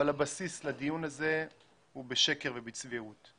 אבל הבסיס לדיון הזה הוא בשקר ובצביעות.